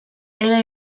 era